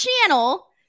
channel